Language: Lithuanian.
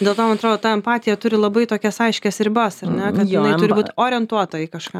dėl to man atrodo ta empatija turi labai tokias aiškias ribas ar ne kad jinai turi būt orientuota į kažką